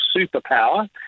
superpower